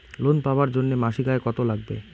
Loan পাবার জন্যে মাসিক আয় কতো লাগবে?